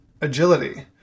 agility